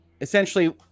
essentially